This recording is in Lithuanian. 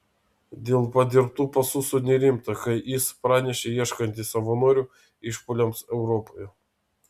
dėl padirbtų pasų sunerimta kai is pranešė ieškanti savanorių išpuoliams europoje